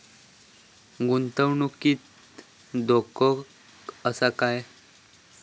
गुंतवणुकीत धोको आसा काय?